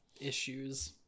issues